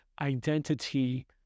identity